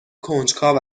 کنجکاو